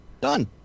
Done